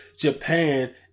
Japan